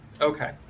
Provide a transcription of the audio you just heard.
Okay